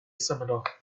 scimitar